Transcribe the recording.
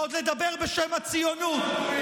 ועוד לדבר בשם הציונות, אין קווים אדומים.